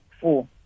four